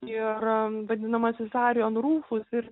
ir vadinamasis zarion rūfus ir